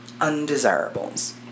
undesirables